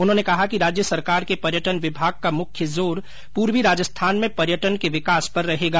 उन्होंने कहा कि राज्य सरकार के पर्यटन विभाग का मुख्य जोर पूर्वी राजस्थान में पर्यटन के विकास पर रहेगा